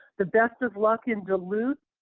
the best of luck in duluth.